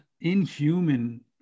inhuman